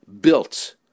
built